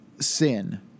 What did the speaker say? sin